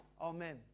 amen